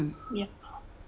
yeah